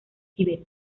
tíbet